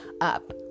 up